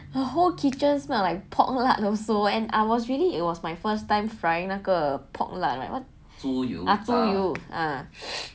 the whole kitchen smell like pork lard also and I was really it was my first time frying 那个 pork lard 猪油渣